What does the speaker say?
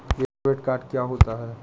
Debit card क्या होता है?